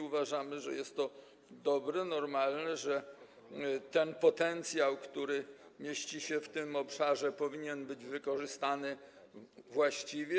Uważamy, że jest to dobre, normalne, że potencjał, który mieści się w tym obszarze, powinien być wykorzystany właściwie.